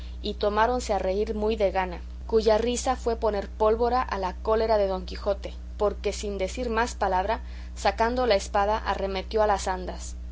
y tomáronse a reír muy de gana cuya risa fue poner pólvora a la cólera de don quijote porque sin decir más palabra sacando la espada arremetió a las andas